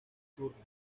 turner